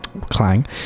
Clang